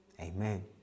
Amen